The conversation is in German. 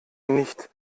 nicht